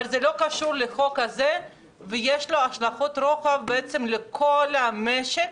אבל זה לא קשור לחוק הזה ויש לו השלכות רוחב לכל המשק.